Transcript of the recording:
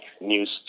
news